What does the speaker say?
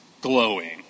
glowing